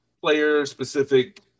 player-specific